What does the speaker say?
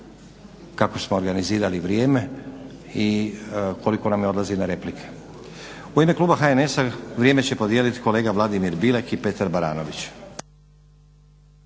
kako smo organizirali vrijeme i koliko nam odlazi na replike. U ime kluba HNS-a vrijeme će podijeliti kolega Vladimir Bilek i Petar Baranović.